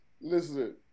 Listen